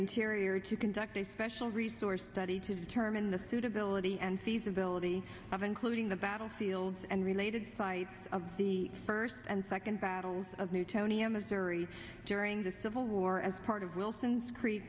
interior to conduct a special resource study to determine the suitability and feasibility of including the battlefields and related site of the first and second battles of newtonian missouri during the civil war as part of wilson's cree